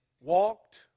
walked